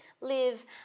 live